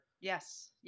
Yes